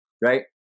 right